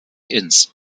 ins